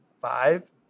five